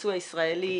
שהייצוא הישראלי